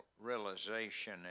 realization